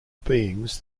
beings